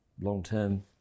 long-term